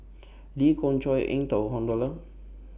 Lee Khoon Choy Eng Tow Han Lao DA